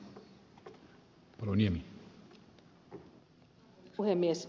arvoisa puhemies